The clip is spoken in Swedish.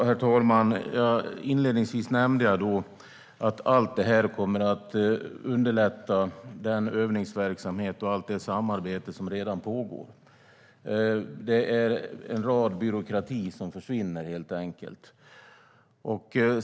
Herr talman! Jag nämnde inledningsvis att allt detta kommer att underlätta den övningsverksamhet och allt det samarbete som redan pågår. Det är helt enkelt en hel del byråkrati som försvinner.